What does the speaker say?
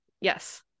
Yes